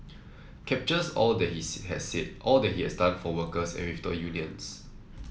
captures all that he had said all that he has done for workers and with the unions